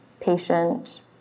patient